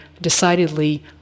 decidedly